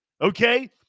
Okay